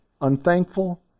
unthankful